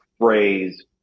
phrase